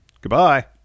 goodbye